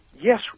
yes